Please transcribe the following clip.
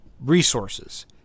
resources